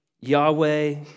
Yahweh